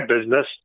business